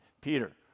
Peter